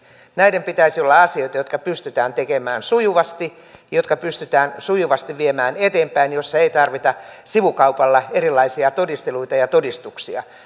näiden pitäisi olla asioita jotka pystytään tekemään sujuvasti jotka pystytään sujuvasti viemään eteenpäin joissa ei tarvita sivukaupalla erilaisia todisteluita ja todistuksia